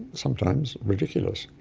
sometimes ridiculous.